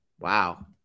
Wow